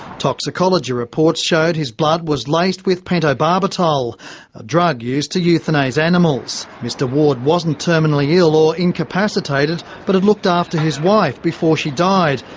toxicology reports showed his blood was laced with pentobarbital, a drug used to euthanase animals. mr ward wasn't terminally ill or incapacitated, but had looked after his wife before she died,